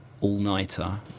all-nighter